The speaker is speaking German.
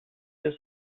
des